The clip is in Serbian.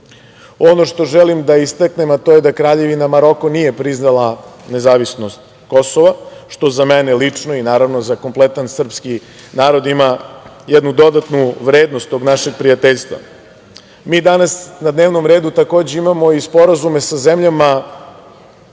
što želim da istaknem da Kraljevina Maroko nije priznala nezavisnost Kosova, što za mene lično i naravno za kompletan srpski narod ima dodatnu vrednost tog našeg prijateljstva. Mi danas na dnevnom redu takođe imao i sporazume sa zemljama